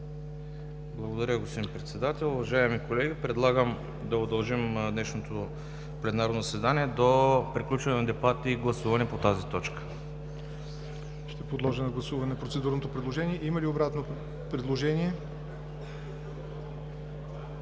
Благодаря, господин Председател. Уважаеми колеги, предлагам да удължим днешното пленарно заседание до приключване на дебата и гласуване на тази точка. ПРЕДСЕДАТЕЛ ЯВОР НОТЕВ: Ще подложа на гласуване процедурното предложение. Има ли обратно предложение?